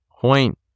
point